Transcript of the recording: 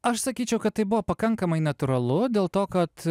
aš sakyčiau kad tai buvo pakankamai natūralu dėl to kad